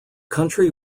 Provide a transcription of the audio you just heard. country